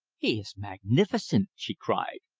he is magnificent! she cried.